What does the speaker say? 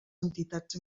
entitats